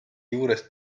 juurest